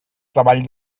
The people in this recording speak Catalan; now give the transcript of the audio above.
treball